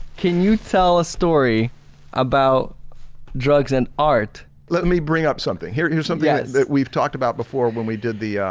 can you tell a story about drugs and art. marshall let me bring up something. here's here's something yeah that we've talked about before when we did the ah,